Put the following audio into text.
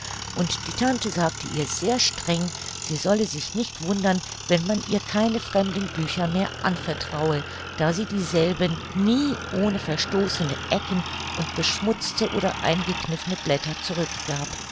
und die tante sagte ihr sehr streng sie solle sich nicht wundern wenn man ihr keine fremden bücher mehr anvertraue da sie dieselben nie ohne verstoßene ecken und beschmutzte oder eingekniffene blätter zurück gab